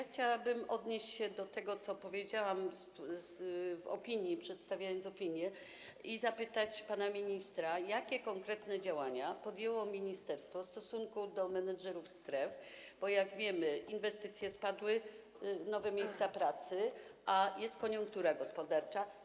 Chciałabym odnieść się do tego, co powiedziałam, przedstawiając opinię, i zapytać pana ministra, jakie konkretne działania podjęło ministerstwo w stosunku do menedżerów stref, bo jak wiemy, inwestycje spadły, chodzi o nowe miejsca pracy, a jest koniunktura gospodarcza.